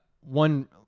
one